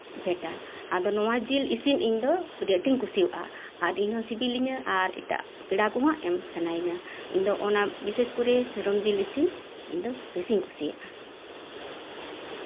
ᱯᱷᱮᱰᱟ ᱟᱫᱚ ᱱᱚᱶᱟ ᱡᱤᱞ ᱤᱥᱤᱱ ᱤᱧ ᱫᱚ ᱟᱹᱰᱤ ᱟᱸᱴᱤᱧ ᱠᱩᱥᱤᱣᱟᱜᱼᱟ ᱟᱨ ᱤᱧ ᱦᱚᱸ ᱥᱤᱵᱤᱞᱤᱧᱟᱹ ᱟᱨ ᱮᱴᱟᱜ ᱯᱮᱲᱟ ᱠᱚᱦᱚᱸ ᱮᱢ ᱥᱟᱱᱟᱭᱤᱧᱟᱹ ᱤᱧ ᱫᱚ ᱚᱱᱟ ᱵᱤᱥᱮᱥ ᱠᱚᱨᱮ ᱚᱱᱟ ᱢᱮᱨᱚᱢ ᱡᱤᱞ ᱤᱥᱤᱱ ᱤᱧ ᱫᱚ ᱵᱮᱥᱤᱧ ᱠᱩᱥᱤᱭᱟᱜᱼᱟ